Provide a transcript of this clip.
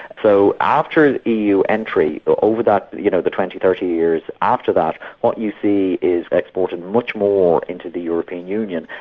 so after the eu entry, over you know the twenty, thirty years, after that, what you see is exporting much more into the european union,